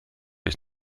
ich